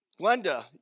Glenda